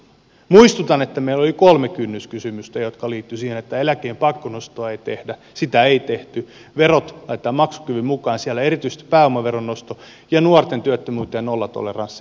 muistutan että meillä oli kolme kynnyskysymystä jotka liittyivät siihen että eläkkeen pakkonostoa ei tehdä sitä ei tehty siihen että verot laitetaan maksukyvyn mukaan siellä erityisesti pääomaveron nosto ja siihen että nuorten työttömyyteen tulee nollatoleranssi